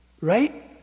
right